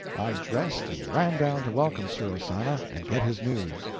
i dressed and ran down to welcome sir ozana and get his news.